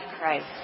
Christ